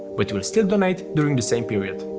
but we'll still donate during the same period.